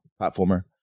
platformer